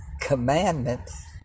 commandments